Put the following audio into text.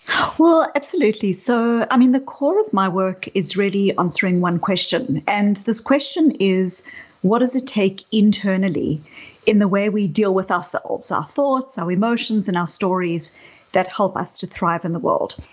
well, absolutely. so i mean the core of my work is really answering one question and this question is what does it take internally in the way we deal with ourselves, our thoughts, our emotions, and our stories that help us to thrive in the world,